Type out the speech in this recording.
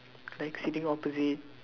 like sitting opposite